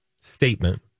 statement